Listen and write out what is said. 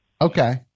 Okay